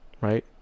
Right